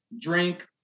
drink